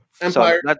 Empire